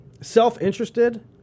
self-interested